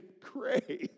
cray